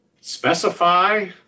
specify